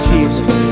Jesus